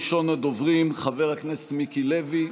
ראשון הדוברים, חבר הכנסת מיקי לוי.